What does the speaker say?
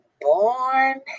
Born